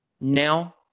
now